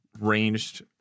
ranged